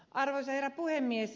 arvoisa herra puhemies